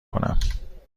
کنم